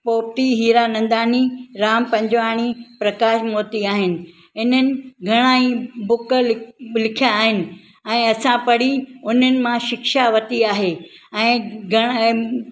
पोपटी हीरा नंदानी राम पंजवाणी प्रकाश मोती आहिनि इन्हनि घणाई बुक लिखिया आहिनि ऐं असां पढ़ी उन्हनि मां शिक्षा वरिती आहे ऐं घणा